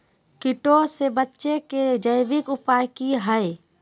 कीटों से बचे के जैविक उपाय की हैय?